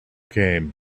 came